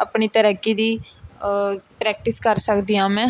ਆਪਣੀ ਤੈਰਾਕੀ ਦੀ ਪ੍ਰੈਕਟਿਸ ਕਰ ਸਕਦੀ ਹਾਂ ਮੈਂ